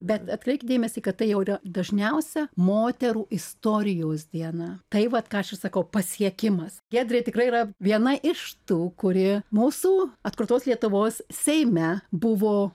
bet atkreipkit dėmesį kad tai jau yra dažniausia moterų istorijos diena tai vat ką aš ir sakau pasiekimas giedrė tikrai yra viena iš tų kuri mūsų atkurtos lietuvos seime buvo